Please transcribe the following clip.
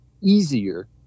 easier